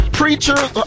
preachers